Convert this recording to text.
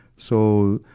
so,